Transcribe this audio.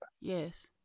Yes